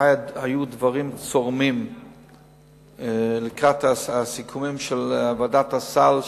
היו דברים צורמים לקראת הסיכומים של ועדת הסל,